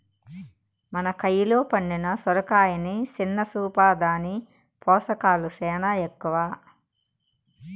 మన కయిలో పండిన సొరకాయని సిన్న సూపా, దాని పోసకాలు సేనా ఎక్కవ